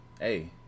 Hey